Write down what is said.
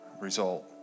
result